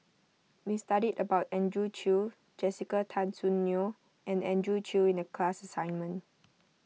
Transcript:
we studied about Andrew Chew Jessica Tan Soon Neo and Andrew Chew in the class assignment